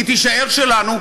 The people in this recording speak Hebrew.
היא תישאר שלנו,